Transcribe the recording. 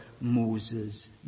Moses